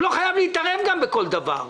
הוא לא חייב להתערב בכל דבר.